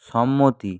সম্মতি